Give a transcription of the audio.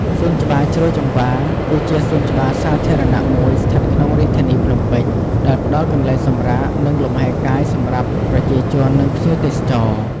សួនច្បារជ្រោយចង្វារ គឺជាសួនច្បារសាធារណៈមួយស្ថិតក្នុងរាជធានីភ្នំពេញ ដែលផ្តល់កន្លែងសម្រាក និងលំហែកាយសម្រាប់ប្រ ជាជននិងភ្ញៀវទេសចរ។